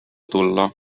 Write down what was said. tulla